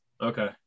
Okay